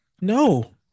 No